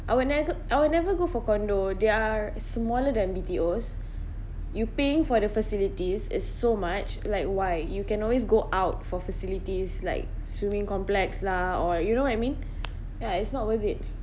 I will never I would never go for condo they are smaller than B_T_Os you paying for the facilities is so much like why you can always go out for facilities like swimming complex lah or you know what I mean ya it's not worth it